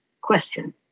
question